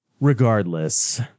regardless